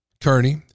Kearney